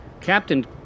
Captain